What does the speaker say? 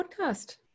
podcast